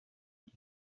qui